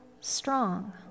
strong